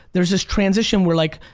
there's this transition where like,